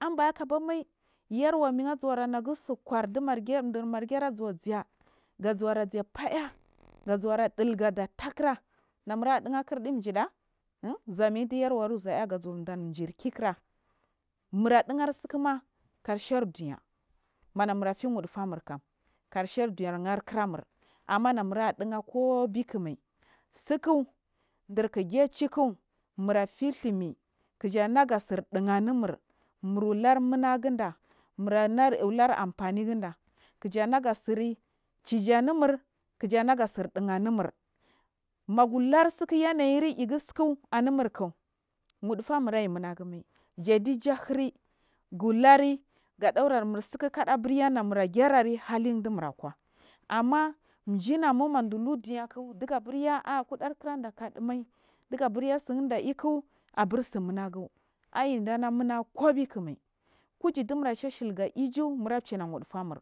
Inbahakaban mai yarmir azuda naga uskur dimargi durmargi azuwarazah gazure zah baya gazuwa dil gha tahkra namura digakirdi juida zuwmin du yar wa uzuya gazuwa damrjirkikra namura ɗigha kirɗi tsiki duk kigai chuku murfedh umai kiza naga tsir ɗiyanumur humuragu glinda mura naluran fanighi ɗakyana gatsiri chijinurmur kija naga tsir ɗighanukur maghukurtai kiyanayi igutsiku amurka wudu famu aimuna gumai jadi iju hiri gulura ɗau ramur tsaku ka a ammajinagum amma maduhi duniya kinadig aburi akuɗua kiran da kaɗu mas dugstrys tsindaiku abur tsumunigu ainda namungai ku bakka mai kugida umara shashil ga iju mura china wuɗufarmu